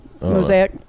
Mosaic